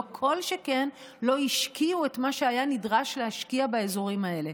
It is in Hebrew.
לא כל שכן השקיעו את מה שהיה נדרש להשקיע באזורים האלה.